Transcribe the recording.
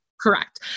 correct